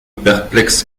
perplexes